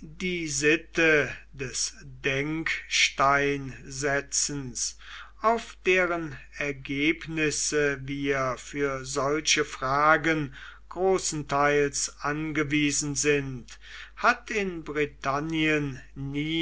die sitte des denksteinsetzens auf deren ergebnisse wir für solche fragen großenteils angewiesen sind hat in britannien